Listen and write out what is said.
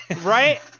Right